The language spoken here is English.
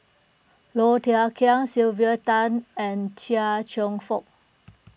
Low Thia Khiang Sylvia Tan and Chia Cheong Fook